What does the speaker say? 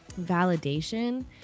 validation